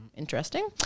Interesting